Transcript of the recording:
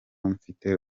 mfite